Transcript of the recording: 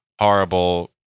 horrible